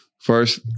first